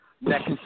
next